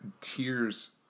tears